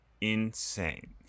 insane